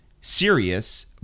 serious